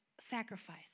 sacrifice